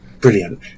brilliant